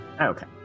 Okay